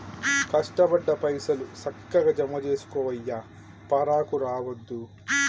కష్టపడ్డ పైసలు, సక్కగ జమజేసుకోవయ్యా, పరాకు రావద్దు